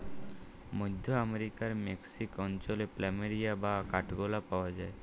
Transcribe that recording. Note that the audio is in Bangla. মধ্য আমরিকার মেক্সিক অঞ্চলে প্ল্যামেরিয়া বা কাঠগলাপ পাওয়া যায়